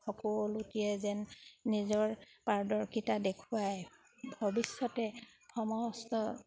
সকলোটিয়ে যেন নিজৰ পাৰদৰ্শিতা দেখুৱায় ভৱিষ্যতে সমস্ত